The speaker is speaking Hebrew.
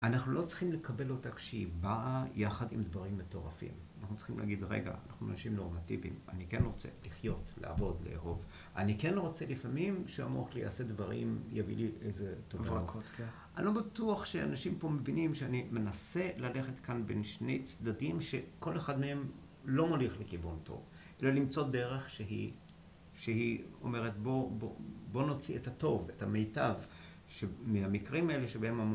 אנחנו לא צריכים לקבל אותה כשהיא באה יחד עם דברים מטורפים, אנחנו צריכים להגיד רגע, אנחנו אנשים נורמטיביים, אני כן רוצה לחיות, לעבוד, לאהוב, אני כן רוצה לפעמים שהמוח שלי יעשה דברים, יביא לי איזה דבר, אני לא בטוח שאנשים פה מבינים שאני מנסה ללכת כאן בין שני צדדים שכל אחד מהם לא מוליך לכיוון טוב, אלא למצוא דרך שהיא אומרת בוא נוציא את הטוב, את המיטב מהמקרים האלה שבהם המוח